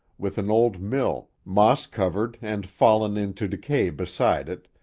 with an old mill, moss-covered and fallen into decay beside it,